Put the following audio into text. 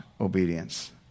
obedience